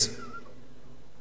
הנחיתי שני דברים,